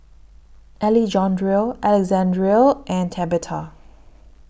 Alejandro Alexandria and Tabetha